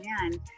man